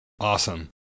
awesome